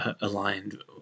aligned